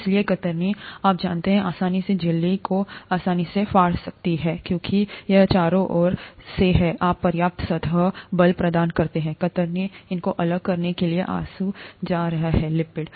इसलिए कतरनी आप जानते हैं आसानी से झिल्ली को आसानी से फाड़ सकते हैं क्योंकि वेरहे हैं चारों ओर तैर ठीक है आप पर्याप्त सतह बल प्रदान करते हैं कतरनी इनको अलग करने के लिए आंसू जा रहा है लिपिड